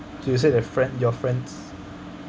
so you said that friend your friends